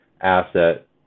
asset